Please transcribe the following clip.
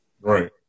Right